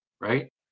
right